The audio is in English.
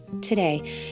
Today